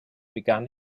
begann